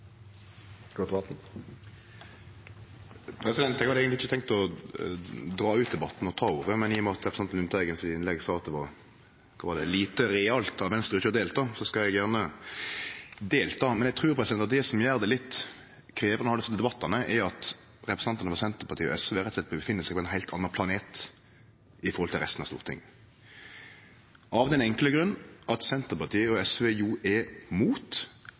hadde eigentleg ikkje tenkt å dra ut debatten med å ta ordet, men i og med at representanten Lundteigen i sitt innlegg sa at det var «lite realt» av Venstre å ikkje delta, så skal eg gjerne delta. Men det som gjer det litt krevjande med desse debattane, er at representantane frå Senterpartiet og SV rett og slett er på ein heilt annan planet i forhold til resten av Stortinget – av den enkle grunnen at Senterpartiet og SV er imot heile EØS-avtalen. Dei vil ha han vekk. Dei er